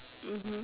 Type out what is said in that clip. mmhmm